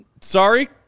sorry